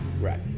Right